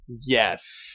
Yes